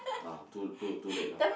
ah too too too late ah